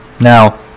Now